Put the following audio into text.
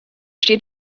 steht